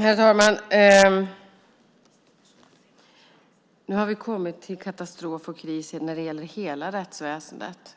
Herr talman! Nu har vi kommit till katastrof och kris när det gäller hela rättsväsendet.